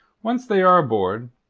once they are aboard,